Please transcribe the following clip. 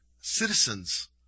citizens